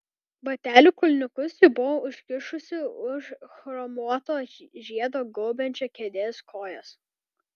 batelių kulniukus ji buvo užkišusi už chromuoto žiedo gaubiančio kėdės kojas